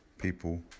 people